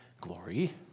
glory